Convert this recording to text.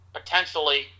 potentially